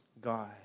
God